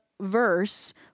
verse